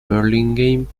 burlingame